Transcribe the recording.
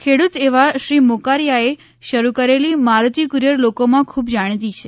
ખેડૂત એવા શ્રી મોકરિયાએ શરૂ કરેલી માડુતિ કુરિયર લોકોમાં ખૂબ જાણીતી છે